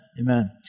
Amen